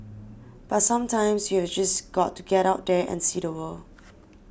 but sometimes you've just got to get out there and see the world